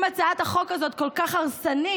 אם הצעת החוק הזאת כל כך הרסנית,